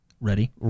ready